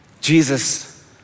Jesus